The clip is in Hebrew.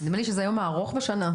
נדמה לי שזה היום הארוך בשנה,